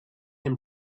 him